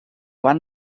van